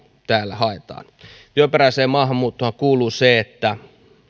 täällä myönnetään työperäiseen maahanmuuttoonhan kuuluu ensiksikin se että